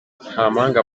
ntamuhanga